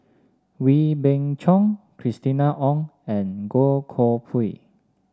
Wee Beng Chong Christina Ong and Goh Koh Pui